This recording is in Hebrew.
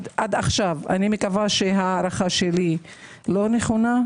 אני מקווה שההערכה שלי לא נכונה,